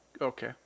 okay